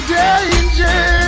danger